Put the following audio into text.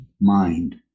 mind